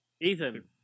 Ethan